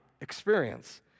experience